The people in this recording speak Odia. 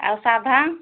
ଆଉ ସାଧା